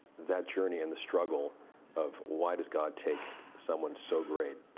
that journey and the struggle of why does god take someone so great